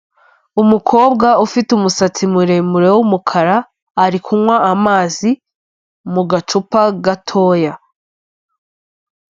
Umukobwa ufite umusatsi muremure w'umukara ari kunywa amazi mu gacupa gatoya.